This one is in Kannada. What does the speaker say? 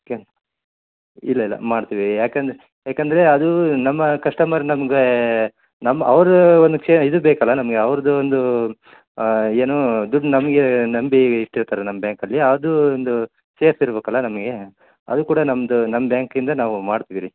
ಓಕೆ ಇಲ್ಲ ಇಲ್ಲ ಮಾಡ್ತೀವಿ ಯಾಕಂದ್ರ್ ಯಾಕೆಂದ್ರೆ ಅದು ನಮ್ಮ ಕಸ್ಟಮರ್ ನಮ್ಗೆ ನಮ್ಮ ಅವ್ರು ಒಂದು ಕ್ಷೆ ಇದು ಬೇಕಲ್ಲ ನಮಗೆ ಅವ್ರ್ದು ಒಂದು ಏನು ದುಡ್ಡು ನಮ್ಗೆ ನಂಬಿ ಇಟ್ಟಿರ್ತಾರೆ ನಮ್ಮ ಬ್ಯಾಂಕಲ್ಲಿ ಅದು ಒಂದು ಸೇಫ್ ಇರ್ಬೇಕಲ್ಲ ನಮಗೆ ಅದು ಕೂಡ ನಮ್ದು ನಮ್ಮ ಬ್ಯಾಂಕಿಂದ ನಾವು ಮಾಡ್ತಿವಿ ರೀ